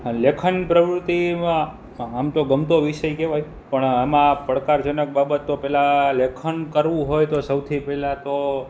લેખન પ્રવૃતિમાં આમ તો ગમતો વિષય કહેવાય પણ આમાં પડકારજનક બાબત તો પહેલાં લેખન કરવું હોય તો સૌથી પહેલાં તો